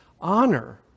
honor